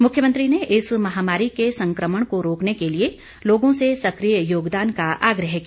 मुख्यमंत्री ने इस महामारी के संक्रमण को रोकने के लिए लोगों से सक्रिय योगदान का आग्रह किया